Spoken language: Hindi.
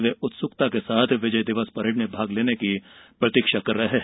वे उत्सुकता से विजय दिवस परेड में भाग लेने की प्रतीक्षा कर रहे हैं